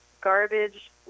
garbage